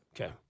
Okay